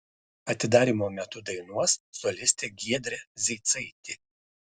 atidarymo metu dainuos solistė giedrė zeicaitė